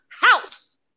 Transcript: house